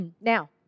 Now